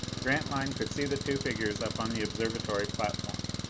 grantline could see the two figures up on the observatory platform.